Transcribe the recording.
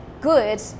good